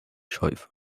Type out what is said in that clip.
short